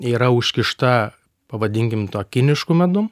yra užkišta pavadinkim tuo kinišku medum